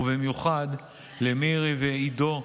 ובמיוחד למירי ועידו,